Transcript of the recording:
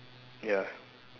ya